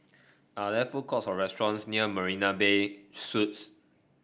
are there food courts or restaurants near Marina Bay Suites